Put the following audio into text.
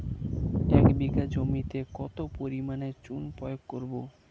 এক বিঘা জমিতে কত পরিমাণ চুন প্রয়োগ করব?